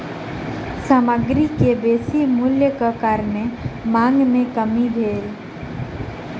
सामग्री के बेसी मूल्यक कारणेँ मांग में कमी भेल